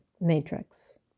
Matrix